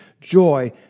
joy